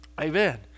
Amen